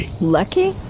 Lucky